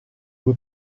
due